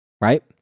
right